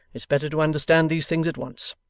it's better to understand these things at once.